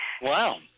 Wow